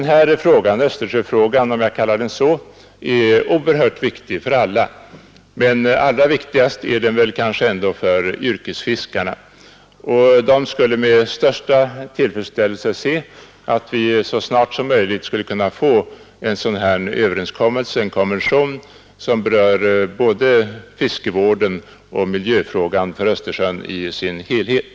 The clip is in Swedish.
Östersjöfrågan, om jag kallar den så, är oerhört viktig för alla. Allra viktigast är den kanske ändå för yrkesfiskarna. Dessa skulle med största tillfredsställelse se att vi så snart som möjligt kunde få en överenskommelse, en konvention, som berör både fiskevården och miljöfrågan för Östersjön i dess helhet.